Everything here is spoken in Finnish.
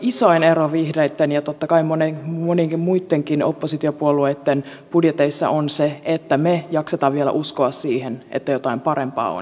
isoin ero vihreitten ja totta kai monienkin muittenkin oppositiopuolueitten budjeteissa on se että me jaksamme vielä uskoa siihen että jotain parempaa on edessä